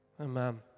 Amen